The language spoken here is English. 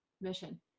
mission